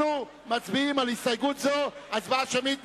אנחנו מצביעים על הסתייגות זו הצבעה שמית.